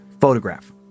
photograph